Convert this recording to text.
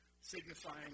signifying